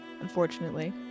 unfortunately